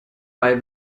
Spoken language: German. bei